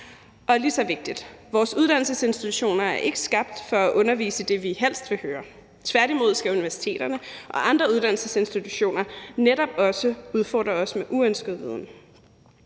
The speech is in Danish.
Og lige så vigtigt: Vores uddannelsesinstitutioner er ikke skabt for at undervise i det, vi helst vil høre. Tværtimod skal universiteterne og andre uddannelsesinstitutioner netop også udfordre os med uønsket viden.